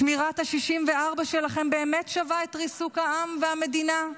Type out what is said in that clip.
שמירת ה-64 שלכם באמת שווה את ריסוק העם והמדינה?